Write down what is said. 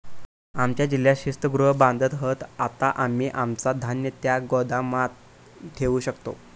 आमच्या जिल्ह्यात शीतगृह बांधत हत, आता आम्ही आमचा धान्य त्या गोदामात ठेवू शकतव